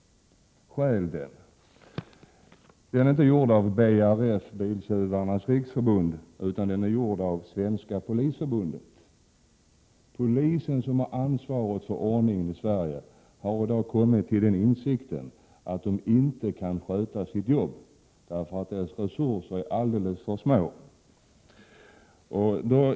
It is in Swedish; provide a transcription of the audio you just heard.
”Stjäl den!” Annonsen är inte gjord av BRF Biltjuvarnas Riksförbund — utan den är gjord av Svenska Polisförbundet. Polisen, som har ansvaret för ordningen i Sverige, har i dag kommit till den insikten, att man inte kan sköta sitt jobb, därför att polisens resurser är alldeles för små.